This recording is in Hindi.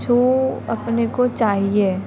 छो अपने को चाहिए